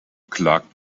klagt